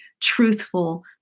truthful